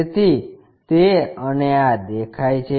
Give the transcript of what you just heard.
તેથી તે અને આ દેખાય છે